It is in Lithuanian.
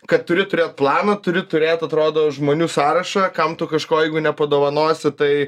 kad turi turėt planą turi turėt atrodo žmonių sąrašą kam tu kažko jeigu nepadovanosi tai